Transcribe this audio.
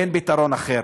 אין פתרון אחר